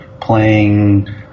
playing